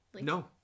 no